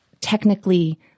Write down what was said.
technically